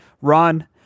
run